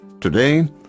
Today